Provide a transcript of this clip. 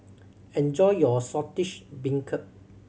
enjoy your Saltish Beancurd